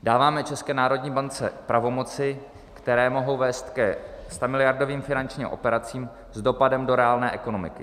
Dáváme České národní bance pravomoci, které mohou vést ke stamiliardovým finančním operacím s dopadem do reálné ekonomiky.